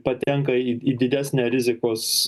patenka į į didesnę rizikos